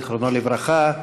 זיכרונו לברכה.